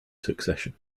succession